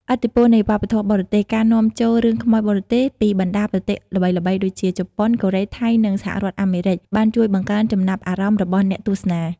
ឥទ្ធិពលនៃវប្បធម៌បរទេស ការនាំចូល រឿងខ្មោចបរទេស ពីបណ្ដាប្រទេសល្បីៗដូចជា ជប៉ុន កូរ៉េ ថៃ និងសហរដ្ឋអាមេរិក បានជួយបង្កើនចំណាប់អារម្មណ៍របស់អ្នកទស្សនា។